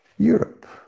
Europe